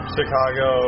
Chicago